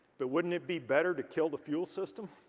but wouldn't it be better to kill the fuel system